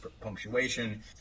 punctuation